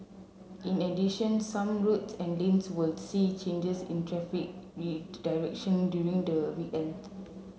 in addition some roads and lanes will see changes in traffic direction during the weekend